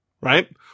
right